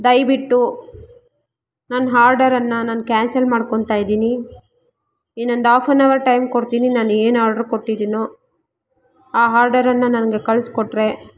ದಯವಿಟ್ಟು ನನ್ನ ಆರ್ಡರನ್ನ ನಾನು ಕ್ಯಾನ್ಸಲ್ ಮಾಡ್ಕೊತ ಇದ್ದೀನಿ ಇನ್ನೊಂದು ಹಾಫ್ ಆನ್ ಅವರ್ ಟೈಮ್ ಕೊಡ್ತೀನಿ ನಾನೇನು ಆರ್ಡರ್ ಕೊಟ್ಟಿದ್ದೀನೋ ಆ ಆರ್ಡರನ್ನ ನನಗೆ ಕಳಿಸ್ಕೊಟ್ರೆ